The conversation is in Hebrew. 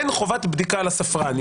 אין חובת בדיקה על הספרן.